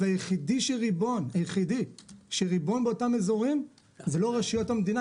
והיחיד שריבון באותם אזורים זה לא רשויות המדינה,